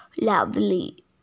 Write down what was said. lovely